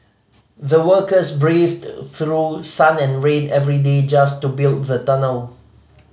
the workers braved through sun and rain every day just to build the tunnel